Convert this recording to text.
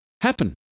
happen